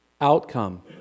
outcome